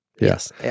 Yes